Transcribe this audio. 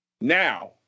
now